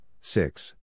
six